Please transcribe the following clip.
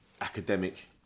academic